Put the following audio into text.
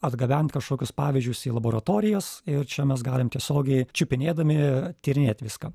atgabent kažkokius pavyzdžius į laboratorijas ir čia mes galim tiesiogiai čiupinėdami tyrinėt viską